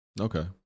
okay